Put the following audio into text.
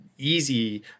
easy